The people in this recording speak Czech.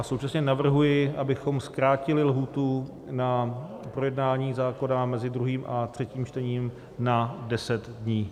Současně navrhuji, abychom zkrátili lhůtu na projednání zákona mezi druhým a třetím čtením na 10 dní.